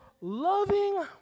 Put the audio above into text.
loving